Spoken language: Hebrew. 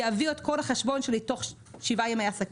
הוא יעביר את כל החשבון שלי תוך שבעה ימי עסקים,